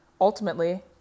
ultimately